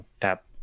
tap